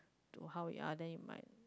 to how you are them if my